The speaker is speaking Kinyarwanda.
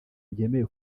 byemewe